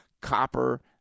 copper